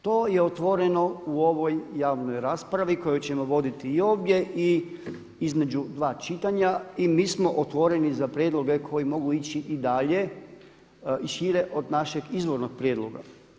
To je otvoreno u ovoj javnoj raspravi koju ćemo voditi i ovdje i između dva čitanja i mi smo otvoreni za prijedloge koji mogu ići i dalje i šire od našeg izvornog prijedloga.